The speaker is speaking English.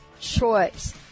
choice